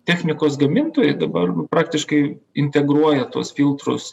technikos gamintojai dabar praktiškai integruoja tuos filtrus